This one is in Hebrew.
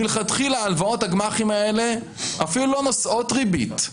מלכתחילה הלוואות הגמ"חים האלה אפילו לא נושאות ריבית,